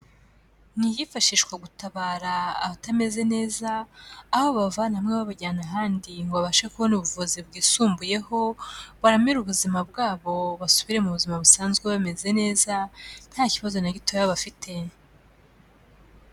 Ni iyifashishwa gutabara abatameze neza, aho babavana hamwe babajyana ahandi, ngo babashe kubona ubuvuzi bwisumbuyeho. Baramire ubuzima bwabo, basubire mu buzima busanzwe bameze neza nta kibazo na gitoya bafite.